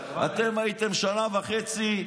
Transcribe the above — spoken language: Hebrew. אתם הייתם שנה וחצי,